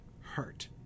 hurt